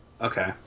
Okay